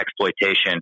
exploitation